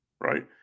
right